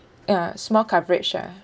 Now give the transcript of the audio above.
ya small coverage ah